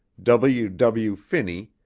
w. w. finney,